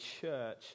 church